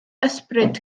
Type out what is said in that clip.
ysbryd